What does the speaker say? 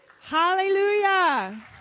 hallelujah